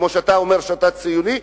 כמו שאתה אומר שאתה ציוני?